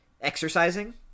exercising